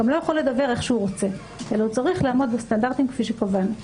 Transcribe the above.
גם לא יכול לדוור איך שהוא רוצה אלא צריך לעמוד בסטנדרטים כפי שקבענו.